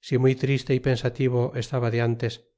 si muy triste y pensativo estaba de antes